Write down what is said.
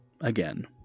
again